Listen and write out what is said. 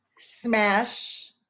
smash